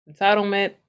entitlement